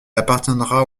appartiendra